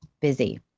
busy